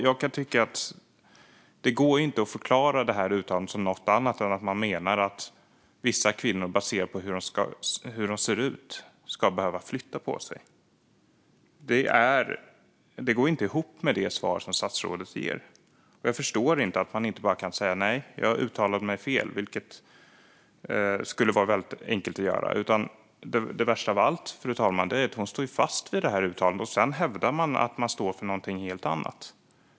Jag tycker inte att det går att förklara det uttalandet som något annat än att man menar att vissa kvinnor, baserat på hur de ser ut, ska behöva flytta på sig. Det går inte ihop med det svar som statsrådet ger här, och jag förstår inte att man inte bara kan säga nej, jag uttalade mig fel. Det skulle vara enkelt att göra, men det värsta av allt, fru talman, är ju att statsrådet står fast vid uttalandet och sedan hävdar att man står för någonting helt annat.